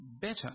better